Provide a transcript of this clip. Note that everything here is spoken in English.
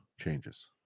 changes